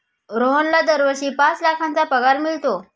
रोहनला दरवर्षी पाच लाखांचा पगार मिळतो